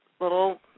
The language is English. little